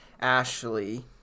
Ashley